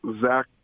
Zach